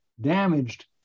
damaged